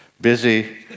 busy